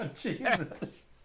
Jesus